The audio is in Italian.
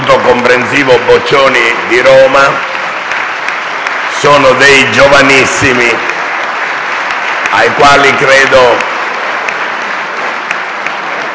Sono dei giovanissimi, ai quali credo sia rivolta una